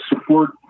support